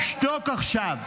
אתה עכשיו הצבעת בעד מסיתים,